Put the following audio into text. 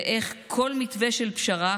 ואיך כל מתווה של פשרה,